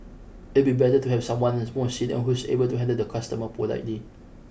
it'll be better to have someone as more senior who's able to handle the customer politely